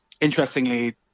Interestingly